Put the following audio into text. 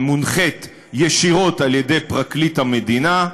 היא מונחית ישירות על-ידי פרקליט המדינה,